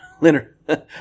Leonard